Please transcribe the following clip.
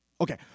Okay